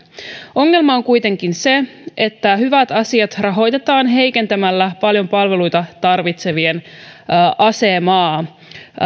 ongelma on kuitenkin se että hyvät asiat rahoitetaan heikentämällä paljon palveluita tarvitsevien asemaa